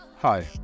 Hi